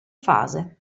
fase